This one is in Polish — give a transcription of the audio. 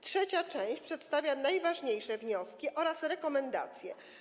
Trzecia część przedstawia najważniejsze wnioski oraz rekomendacje.